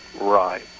Right